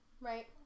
Right